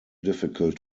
difficult